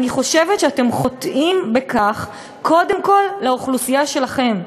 אני חושבת שאתם חוטאים בכך קודם כול לאוכלוסייה שלכם,